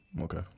Okay